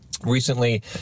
Recently